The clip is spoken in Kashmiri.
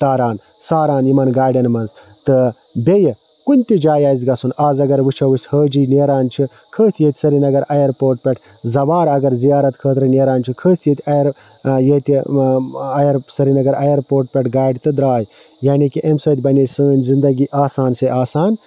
تاران ساران یِمَن گاڑیٚن مَنٛز تہٕ بیٚیہِ کُنہِ تہِ جایہِ آسہِ گَژھُن آز اگر وٕچھو أسۍ حٲجی نیران چھِ کھٔتۍ ییٚتہِ سرینَگر اَیرپوٹ پیٹھ زَوار اگر زیارت خٲطرٕ نیران چھِ کھٔتۍ ییٚتہِ ییٚتہِ سرینَگر اَیرپوٹ پیٹھٕ گاڑِ تہِ دراے یعنے کہِ امہِ سۭتۍ بَنے سٲنٛۍ زِنٛدگی آسان سے آسان